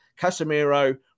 Casemiro